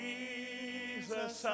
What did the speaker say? Jesus